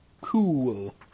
Cool